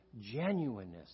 genuineness